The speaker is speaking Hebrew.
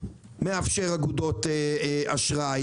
מאפשר אגודות אשראי